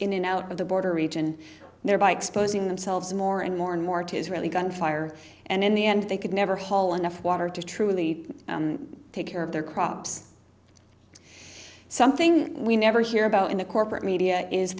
in and out of the border region there by exposing themselves more and more and more to israeli gunfire and in the end they could never haul enough water to truly take care of their crops something we never hear about in the corporate media is